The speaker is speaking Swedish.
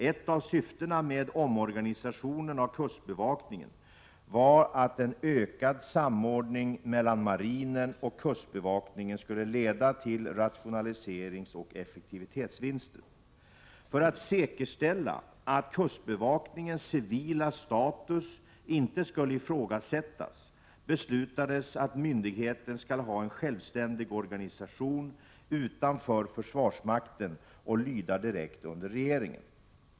Ett av syftena med omorganisationen av kustbevakningen var att en ökad samordning mellan marinen och kustbevakningen skulle leda till rationaliseringsoch effektivitetsvinster. För att säkerställa att kustbevakningens civila status inte skulle ifrågasättas beslutades att myndigheten skall ha en självständig organisation utanför försvarsmakten och lyda direkt under regeringen.